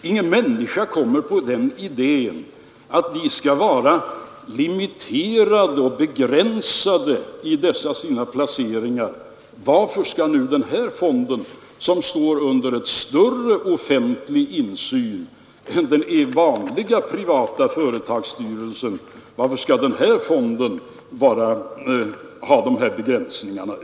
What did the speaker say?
Ingen människa kommer på den idén att de skall iaktta begränsning i dessa sina placeringar. Varför skall då den här fonden, som står under större offentlig insyn än den vanliga privata företagsstyrelsen, vara underkastad begränsningar?